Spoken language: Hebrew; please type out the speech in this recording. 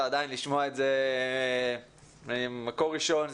ועדיין לשמוע את זה ממקור ראשון,